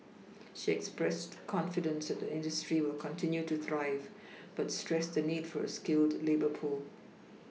she expressed confidence that the industry will continue to thrive but stressed the need for a skilled labour pool